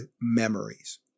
memories